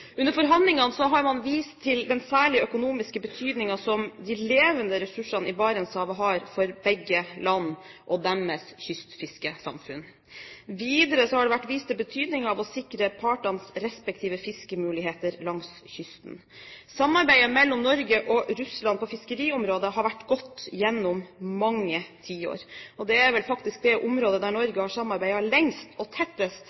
Under forhandlingene har man vist til den særlige økonomiske betydningen som de levende ressursene i Barentshavet har for begge land og deres kystfiskesamfunn. Videre har det vært vist til betydningen av å sikre partenes respektive fiskemuligheter langs kysten. Samarbeidet mellom Norge og Russland på fiskeriområdet har vært godt gjennom mange tiår. Det er vel faktisk det området der Norge har samarbeidet lengst og tettest